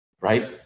right